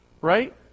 Right